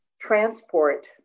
transport